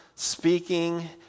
speaking